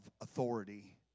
authority